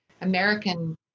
American